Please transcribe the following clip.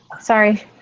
sorry